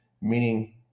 meaning